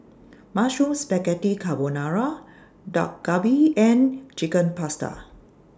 Mushroom Spaghetti Carbonara Dak Galbi and Chicken Pasta